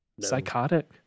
psychotic